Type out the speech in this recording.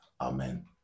Amen